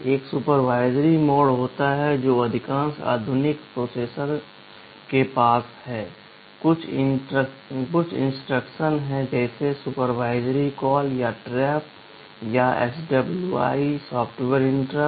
एक supervisory mode होता है जो अधिकांश आधुनिक प्रोसेसर के पास है कुछ इंस्ट्रक्शन हैं जैसे सुपरवाइजरी कॉल या ट्रैप या SWI सॉफ्टवेयर इंटरप्ट